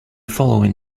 following